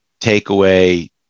takeaway